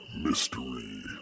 mystery